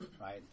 Right